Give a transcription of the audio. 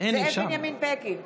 זאב בנימין בגין,